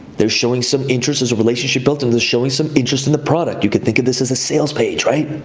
they're showing some interest as a relationship built, and they're showing some interest in the product. you could think of this as a sales page, right?